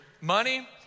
Money